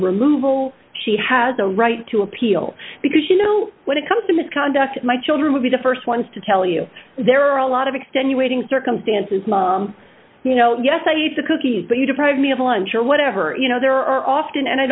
removal she has a right to appeal because you know when it comes to misconduct my children would be the st ones to tell you there are a lot of extenuating circumstances my you know yes i use the cookies but you deprive me of a lunch or whatever you know there are often and i